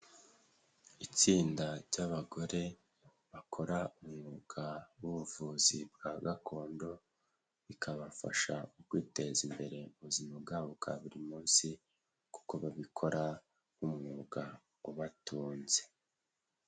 Itsinda ry'abagore bakora umwuga w'ubuvuzi bwa gakondo bikabafasha mu kwiteza imbere ubuzima bwabo bwa buri munsi kuko babikora nk'umwuga ubatunze.